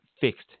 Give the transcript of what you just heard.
fixed